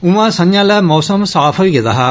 उयां संझा लै मौसम साफ होई गेदा हा